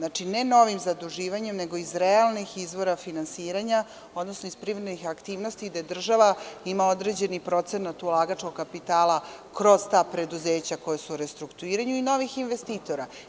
Dakle ne novim zaduživanjem, nego iz realnih izvora finansiranja, odnosno iz privrednih aktivnosti gde država ima određeni procenat ulagačkog kapitala kroz ta preduzeća koja su u restrukturiranju i novih investitora.